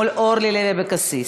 מול אורלי לוי אבקסיס.